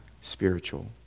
spiritual